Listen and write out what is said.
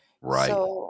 Right